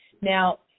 Now